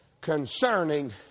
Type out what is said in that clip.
Concerning